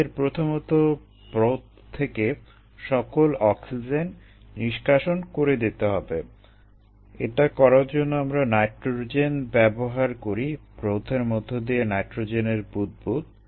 আমাদের প্রথমত ব্রথ থেকে সকল অক্সিজেন নিষ্কাশন করে দিতে হবে এটা করার জন্য আমরা নাইট্রোজেন ব্যবহার করি ব্রথের মধ্য দিয়ে নাইট্রোজেনের বুদবুদ